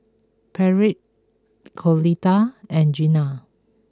Patric Clotilda and Gina